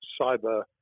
cyber